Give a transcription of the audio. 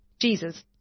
Jesus